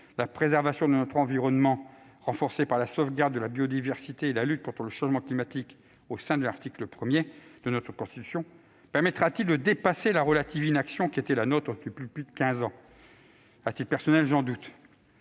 le garde des sceaux, renforcée par la sauvegarde de la biodiversité et la lutte contre le changement climatique au sein de l'article 1 de la Constitution, permettra-t-il de dépasser la relative inaction qui a été la nôtre depuis plus de quinze ans ? À titre personnel, j'en doute.